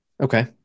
Okay